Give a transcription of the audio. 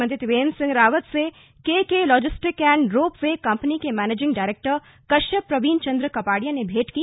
मुख्यमंत्री त्रिवेन्द्र सिंह रावत से KK logistic and ropeway company के मैनेजिंग डायरेक्टर कश्यप प्रवीन चन्द्र कपाड़िया ने भेंट की